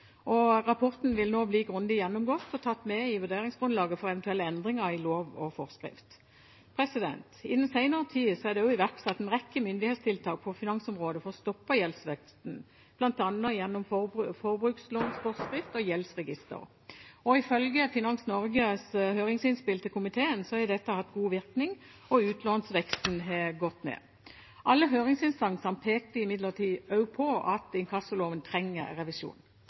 Rapporten vil nå bli grundig gjennomgått og tatt med i vurderingsgrunnlaget for eventuelle endringer i lov og forskrifter. I den senere tid er det også iverksatt en rekke myndighetstiltak på finansområdet for å stoppe gjeldsveksten, bl.a. gjennom forbrukslånsforskrift og gjeldsregister. Ifølge Finans Norges høringsinnspill til komiteen har dette hatt god virkning, og utlånsveksten har gått ned. Alle høringsinstansene pekte imidlertid også på at inkassoloven trenger revisjon.